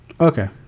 Okay